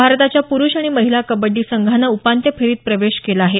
भारताच्या प्रुष आणि महिला कबड्डी संघानं उपांत्य फेरीत प्रवेश केला आहे